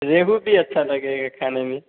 रेहू भी अच्छा लगेगा खाने में